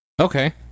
Okay